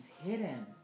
hidden